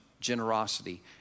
generosity